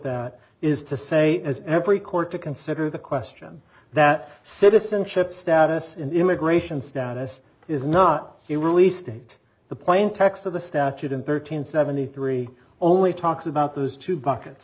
that is to say as every court to consider the question that citizenship status and immigration status is not the release date the plain text of the statute in thirteen seventy three only talks about those two buckets